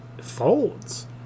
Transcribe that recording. folds